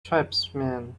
tribesmen